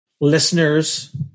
listeners